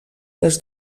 les